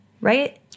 right